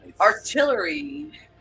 Artillery